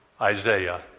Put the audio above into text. Isaiah